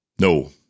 no